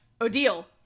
Odile